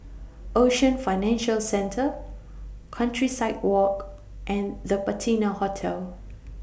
Ocean Financial Centre Countryside Walk and The Patina Hotel